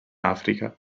africa